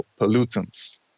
pollutants